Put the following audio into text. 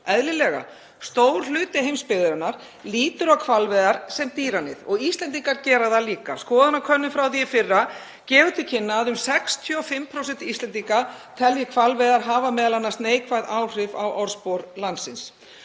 eðlilega. Stór hluti heimsbyggðarinnar lítur á hvalveiðar sem dýraníð og Íslendingar gera það líka. Skoðanakönnun frá því í fyrra gefur til kynna að um 65% Íslendinga telji hvalveiðar hafa neikvæð áhrif á orðspor landsins.